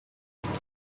and